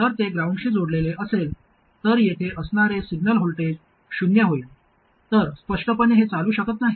तर जर ते ग्राउंडशी जोडलेले असेल तर येथे असणारे सिग्नल व्होल्टेज शून्य होईल तर स्पष्टपणे हे चालू शकत नाही